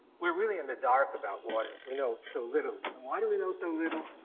we're really in the dark about water, we know so little. and why do we know so little?